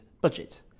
budget